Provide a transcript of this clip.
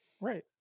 Right